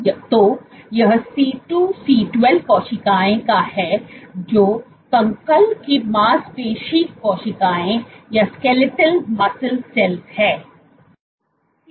तो यह C2C12 कोशिकाओं का है जो कंकाल की मांसपेशी कोशिकाएं है